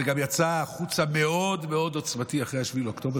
זה גם יצא החוצה מאוד מאוד עוצמתי אחרי 7 באוקטובר,